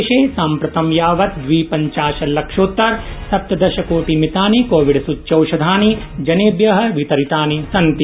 देशे साम्प्रतं यावत् द्विपञ्चाशल्लक्षोतर सप्तदशकोटिमितानि सूच्यौषधानि जनेभ्यः वितारितानि सन्ति